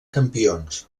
campions